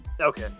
Okay